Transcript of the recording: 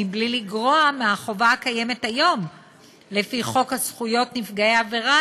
מבלי לגרוע מהחובה הקיימת היום לפני חוק זכויות נפגעי עבירה,